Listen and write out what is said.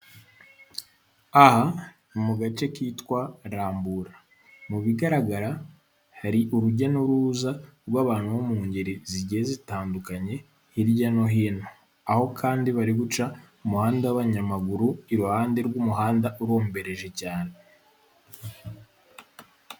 Aha ni mu gace kitwa Rambura. Mu bigaragara hari urujya n'uruza rw'abantu bo mu ngeri zigiye zitandukanye hirya no hino. Aho kandi bariguca umuhanda w'abanyamaguru iruhande rw'umuhanda urombereje cyane.